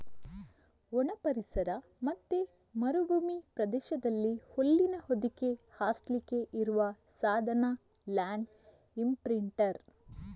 ಒಣ ಪರಿಸರ ಮತ್ತೆ ಮರುಭೂಮಿ ಪ್ರದೇಶದಲ್ಲಿ ಹುಲ್ಲಿನ ಹೊದಿಕೆ ಹಾಸ್ಲಿಕ್ಕೆ ಇರುವ ಸಾಧನ ಲ್ಯಾಂಡ್ ಇಂಪ್ರಿಂಟರ್